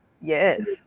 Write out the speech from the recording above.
Yes